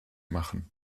machen